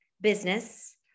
business